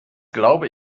glaube